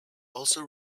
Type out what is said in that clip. also